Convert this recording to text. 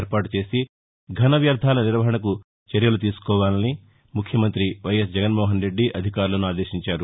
ఏర్పాటు చేసి ఫున వ్యర్దాల నిర్వహణకు చర్యలు తీసుకోవాలని ముఖ్యమంతి వైఎస్ జగన్మోహన్రెడ్డి అధికారులను ఆదేశించారు